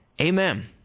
Amen